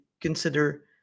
consider